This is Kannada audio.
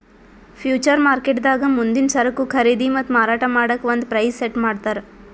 ಫ್ಯೂಚರ್ ಮಾರ್ಕೆಟ್ದಾಗ್ ಮುಂದಿನ್ ಸರಕು ಖರೀದಿ ಮತ್ತ್ ಮಾರಾಟ್ ಮಾಡಕ್ಕ್ ಒಂದ್ ಪ್ರೈಸ್ ಸೆಟ್ ಮಾಡ್ತರ್